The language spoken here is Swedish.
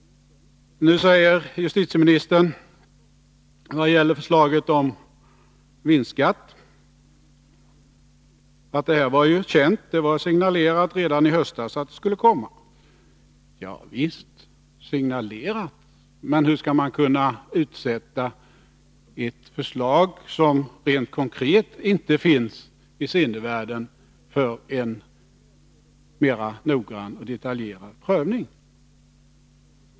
Nu säger justitieministern att förslaget om vinstskatt var känt, det var signalerat redan i höstas att det skulle komma. Ja, visst var det signalerat, men hur skall man kunna utsätta ett förslag som rent konkret inte finns i sinnevärlden för en mera noggrann och detaljerad prövning?